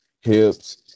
hips